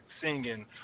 singing